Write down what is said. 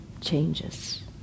changes